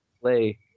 play